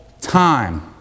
time